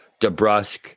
DeBrusque